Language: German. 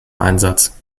einsatz